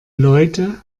leute